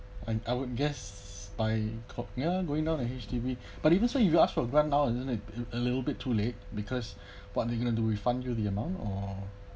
and I would guess by co~ ya going down a H_D_B but even so if you ask for grant now isn't it a little bit too late because what they're gonna do refund you the amount or